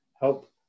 help